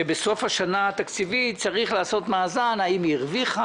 שבסוף השנה התקציבית צריך לעשות מאזן האם היא הרוויחה,